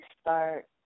start